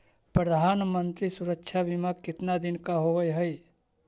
प्रधानमंत्री मंत्री सुरक्षा बिमा कितना दिन का होबय है?